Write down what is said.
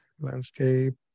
landscape